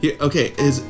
okay